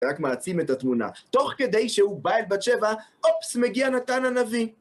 רק מעצים את התמונה. תוך כדי שהוא בא אל בת שבע, אופס, מגיע נתן הנביא!